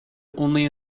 only